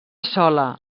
sola